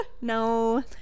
No